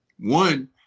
One